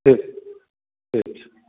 ठीक छै ठीक छै